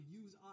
use